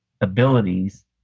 abilities